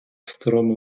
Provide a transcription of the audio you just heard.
старому